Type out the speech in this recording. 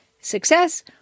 success